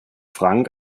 frank